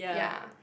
ya